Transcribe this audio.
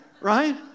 right